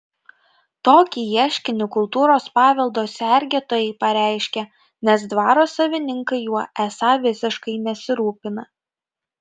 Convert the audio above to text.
tokį ieškinį kultūros paveldo sergėtojai pareiškė nes dvaro savininkai juo esą visiškai nesirūpina